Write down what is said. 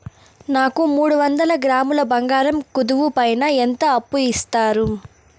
నాకు మూడు వందల గ్రాములు బంగారం కుదువు పైన ఎంత అప్పు ఇస్తారు?